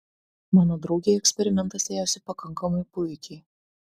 mano draugei eksperimentas ėjosi pakankamai puikiai